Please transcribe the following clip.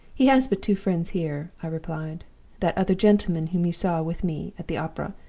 he has but two friends here i replied that other gentleman whom you saw with me at the opera,